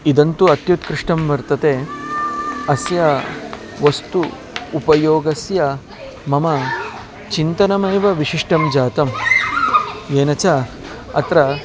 इदं तु अत्युत्कृष्टं वर्तते अस्य वस्तुनः उपयोगस्य मम चिन्तनमेव विशिष्टं जातम् येन च अत्र